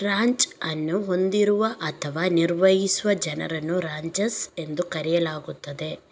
ranch ಅನ್ನು ಹೊಂದಿರುವ ಅಥವಾ ನಿರ್ವಹಿಸುವ ಜನರನ್ನು ರಾಂಚರ್ಸ್ ಎಂದು ಕರೆಯಲಾಗುತ್ತದೆ